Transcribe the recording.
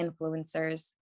influencers